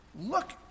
Look